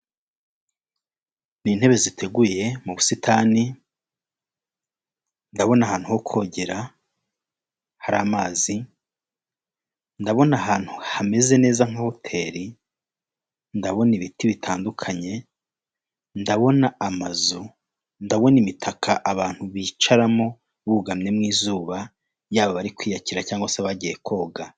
Intebe ziteguye mu busitani, ndabona ahantu ho kogera, hari amazi, ndabona ahantu hameze neza nka hoteri, ndabona ibiti bitandukanye, ndabona amazu, ndabona imitaka abantu bicaramo bugamyemo izuba yaba bari kwiyakira cyangwa se bagiye koga.